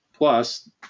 Plus